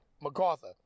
MacArthur